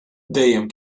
dejjem